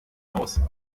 aus